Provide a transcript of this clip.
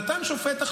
שופט נתן החלטה,